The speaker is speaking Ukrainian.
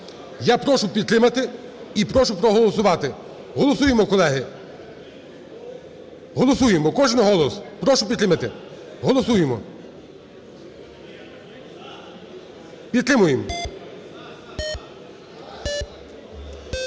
Я прошу підтримати і прошу проголосувати. Голосуємо, колеги, голосуємо, кожен голос. Прошу підтримати, голосуємо, підтримуємо.